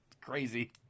crazy